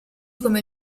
come